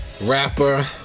rapper